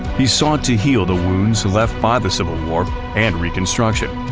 he sought to heal the wounds left by the civil war and reconstruction,